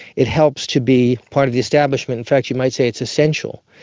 it helps to be part of the establishment, in fact you might say it's essential,